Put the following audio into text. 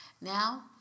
Now